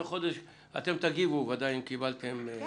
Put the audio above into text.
אתם ודאי תגיבו אם קיבלתם.